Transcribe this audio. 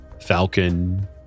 falcon